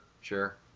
sure